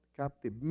captive